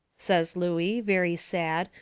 says looey, very sad,